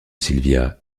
sylvia